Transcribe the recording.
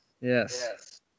Yes